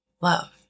love